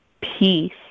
Peace